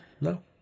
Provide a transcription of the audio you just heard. No